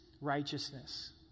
righteousness